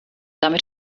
damit